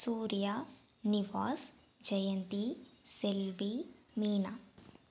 Surya Nivas Jayanthi Selvi Meena